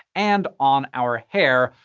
and on our hair,